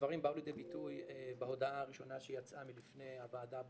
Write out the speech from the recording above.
הדברים באו לידי ביטוי בהודעה הראשונה שיצאה מלפני הוועדה הבוחנת,